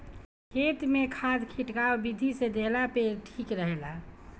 खेत में खाद खिटकाव विधि से देहला पे ठीक रहेला